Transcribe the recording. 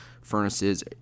furnaces